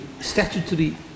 statutory